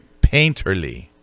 painterly